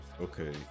okay